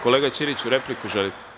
Kolega Ćiriću, repliku želite?